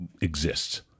exists